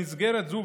במסגרת זאת,